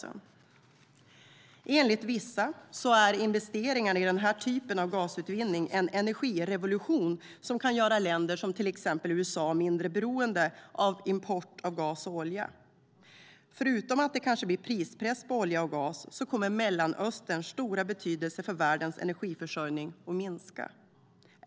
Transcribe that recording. Enligt vissa är investeringarna i den typen av gasutvinning en energirevolution som kan göra länder som USA mindre beroende av import av gas och olja. Förutom att det kanske blir prispress på olja och gas kommer Mellanösterns stora betydelse för världens energiförsörjning att minska.